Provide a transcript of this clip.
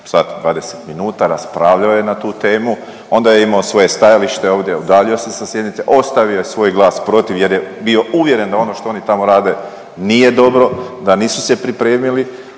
i 20 minuta, raspravljao je na tu temu. Onda je imao svoje stajalište ovdje, udaljio se sa sjednice, ostavio je svoj glas protiv jer je bio uvjeren da ono što oni tamo rade nije dobro, da nisu se pripremili.